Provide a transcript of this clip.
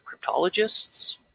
cryptologists